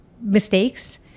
mistakes